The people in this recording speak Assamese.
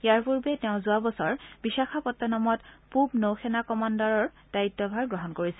ইয়াৰ পূৰ্বে তেওঁ যোৱা বছৰ বিশাখাপট্টমনত পূব নৌ সেনা কমাণুৰ দায়িত্বভাৰ গ্ৰহণ কৰিছিল